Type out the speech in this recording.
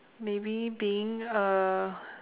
maybe being a